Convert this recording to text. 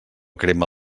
crema